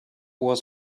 was